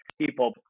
people